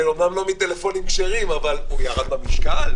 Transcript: זה אומנם לא מטלפונים כשרים, אבל: הוא ירד במשקל.